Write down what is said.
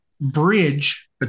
bridge